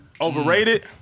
Overrated